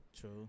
true